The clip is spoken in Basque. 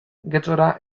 getxora